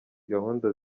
gahunda